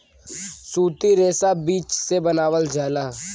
सूती रेशा बीज से बनावल जाला